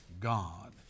God